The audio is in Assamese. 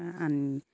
আনি